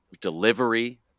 delivery